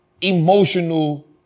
emotional